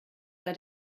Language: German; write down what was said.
bei